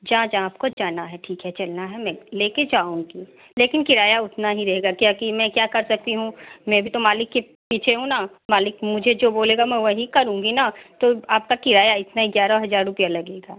जहाँ जहाँ आपको जाना है ठीक है चलना है में लेके जाऊँगी लेकिन किराया उतना ही रहेगा क्योंकि मैं क्या कर सकती हूँ मैं भी तो मालिक के पीछे हूँ ना मालिक मुझे जो बोलेगा मैं वही करूँगी ना तो आपका किराया इतना इग्यारह हजार रुपया लगेगा